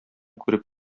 күреп